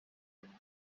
año